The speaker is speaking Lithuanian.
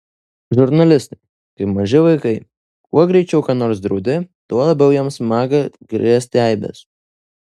žurnalistai kaip maži vaikai kuo griežčiau ką nors draudi tuo labiau jiems maga krėsti eibes